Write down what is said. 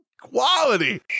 Quality